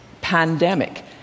pandemic